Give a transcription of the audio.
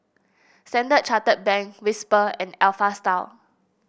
Standard Chartered Bank Whisper and Alpha Style